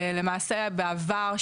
למעשה בעבר,